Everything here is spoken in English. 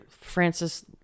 Francis